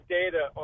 data